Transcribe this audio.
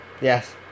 Yes